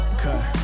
cut